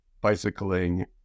bicycling